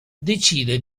decide